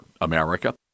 America